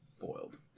Boiled